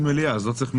אז לא צריך מליאה.